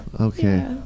Okay